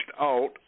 out